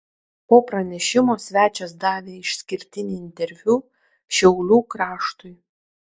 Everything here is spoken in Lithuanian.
po pranešimo svečias davė išskirtinį interviu šiaulių kraštui